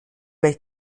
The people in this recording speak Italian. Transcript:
bei